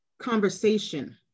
conversation